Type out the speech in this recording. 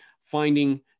finding